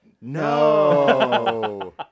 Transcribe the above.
No